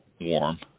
warm